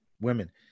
women